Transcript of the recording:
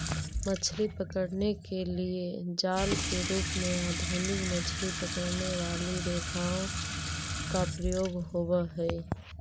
मछली पकड़ने के लिए जाल के रूप में आधुनिक मछली पकड़ने वाली रेखाओं का प्रयोग होवअ हई